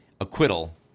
acquittal